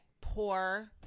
poor